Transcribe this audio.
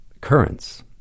currents